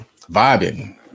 vibing